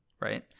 right